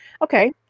Okay